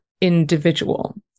individual